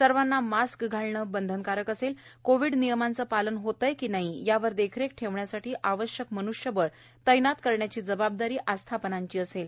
सर्वाना मास्क घालणं बंधनकारक असेल कोविड नियमांचं पालन होत आहे की नाही यावर देखरेख ठेवण्यासाठी आवश्यक मन्ष्यबळ तैनात करायची जबाबदारी आस्थापनांची असेल